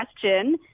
question